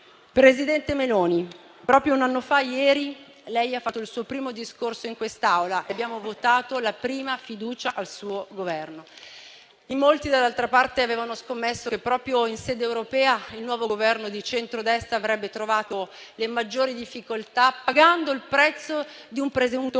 Presidente Meloni, proprio un anno fa ieri, lei ha fatto il suo primo discorso in quest'Aula e abbiamo votato la prima fiducia al suo Governo. In molti, dall'altra parte, avevano scommesso che proprio in sede europea il nuovo Governo di centrodestra avrebbe trovato le maggiori difficoltà, pagando il prezzo di un presunto